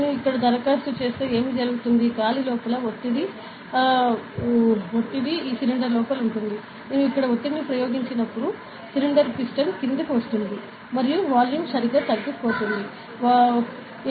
నేను ఇక్కడ దరఖాస్తు చేస్తే ఏమి జరుగుతుంది గాలి లోపల ఒత్తిడి ఈ సిలిండర్ లోపల ఉంటుంది నేను ఇక్కడ ఒత్తిడిని ప్రయోగించినప్పుడు సిలిండర్ పిస్టన్ క్రిందికి వస్తుంది మరియు వాల్యూమ్ సరిగ్గా తగ్గుతుంది వాల్యూమ్ తగ్గుతుంది